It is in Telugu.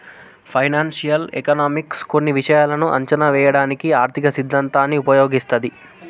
ఫైనాన్షియల్ ఎకనామిక్స్ కొన్ని విషయాలను అంచనా వేయడానికి ఆర్థిక సిద్ధాంతాన్ని ఉపయోగిస్తది